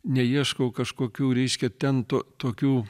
neieškau kažkokių reiškia ten to tokių